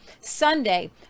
sunday